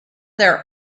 their